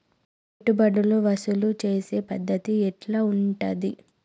పెట్టుబడులు వసూలు చేసే పద్ధతి ఎట్లా ఉంటది?